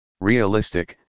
Realistic